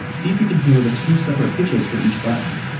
see if you can hear the two separate pitches for each button